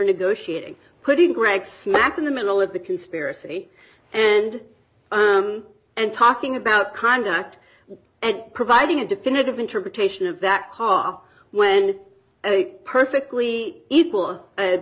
negotiating putting greg smack in the middle of the conspiracy and and talking about conduct and providing a definitive interpretation of that car when a perfectly equal